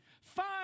Five